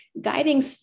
guiding